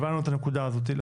הבנו את הנקודה הזאת הילה.